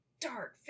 dark